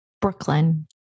Brooklyn